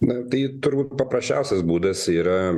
na tai turbūt paprasčiausias būdas yra